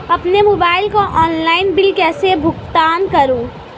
अपने मोबाइल का online bill कैसे भुगतान करूं?